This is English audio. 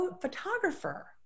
photographer